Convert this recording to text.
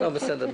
לא, בסדר.